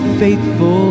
faithful